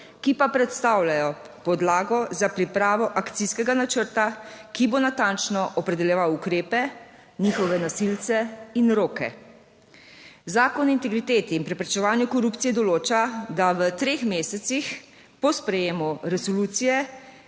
ki pa predstavljajo podlago za pripravo akcijskega načrta, ki bo natančno opredeljeval ukrepe, njihove nosilce in roke. Zakon o integriteti in preprečevanju korupcije določa, da v treh mesecih po sprejemu resolucije